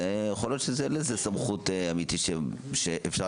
יכול להיות שאין לזה סמכות אמיתית שאפשר